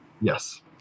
Yes